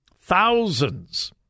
Thousands